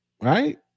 right